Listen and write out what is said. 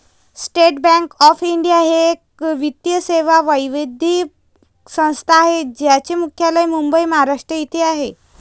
state bank of India ही एक वित्तीय सेवा वैधानिक संस्था आहे ज्याचे मुख्यालय मुंबई, महाराष्ट्र येथे आहे